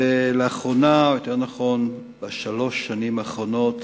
ולאחרונה, יותר נכון בשלוש השנים האחרונות,